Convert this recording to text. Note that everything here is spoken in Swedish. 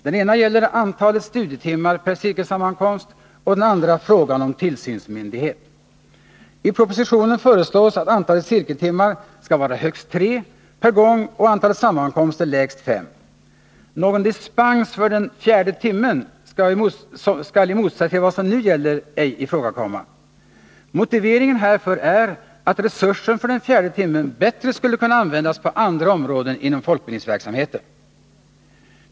Den ena gäller antalet studietimmar per cirkelsammankomst och den andra frågan om tillsynsmyndighet. I propositionen föreslås att antalet cirkeltimmar skall vara högst tre per gång och antalet sammankomster lägst fem. Någon dispens för den fjärde timmen skall, i motsats till vad som nu gäller, ej ifrågakomma. Motiveringen härför är att resursen för den fjärde timmen bättre skulle kunna användas på andra områden inom folkbildningsverksamheten.